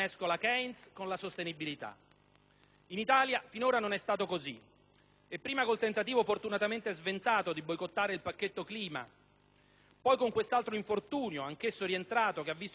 In Italia finora non è stato così. Prima col tentativo fortunatamente sventato di boicottare il pacchetto clima, poi con quest'altro infortunio - anch'esso rientrato - che ha visto il tentativo di azzeramento degli ecoincentivi,